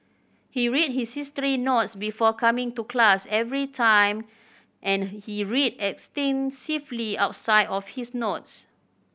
he read his history notes before coming to class every time and he read extensively outside of his notes